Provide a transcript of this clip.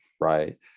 right